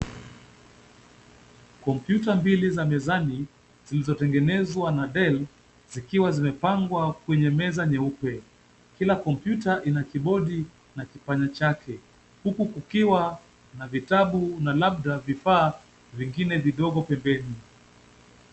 Kompyuta mbili za mezani, zilizotengenezwa na Dell, zikiwa zimepangwa, kwenye meza nyeupe. Kila kompyuta ina Kibodi na kipanya chake. Kukiwa na vitabu na labda vifaa vingine vidogo pembeni.